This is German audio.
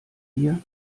wir